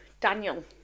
Daniel